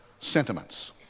sentiments